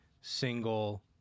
single